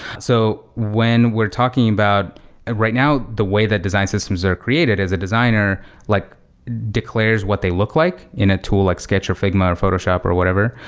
so when we're talking about right now, the way that design systems are created as a designer like declares what they look like in a tool like sketch, or figma, or photoshop, or whatever,